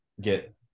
get